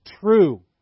true